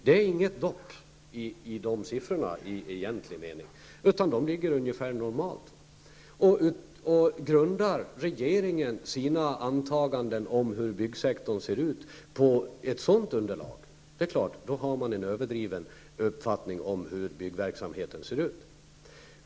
Dessa siffror visar ingen minskning, utan de ligger på ungefär normal nivå. Om regeringen grundar sina antaganden om hur byggsektorn ser ut på ett sådant underlag, får man en klart överdriven uppfattning om hur byggverksamheten ser ut.